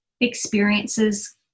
experiences